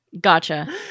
Gotcha